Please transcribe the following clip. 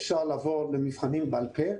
אפשר לבוא למבחנים בעל פה,